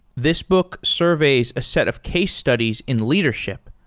this book surveys a set of case studies in leadership,